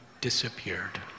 disappeared